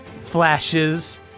flashes